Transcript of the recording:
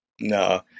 No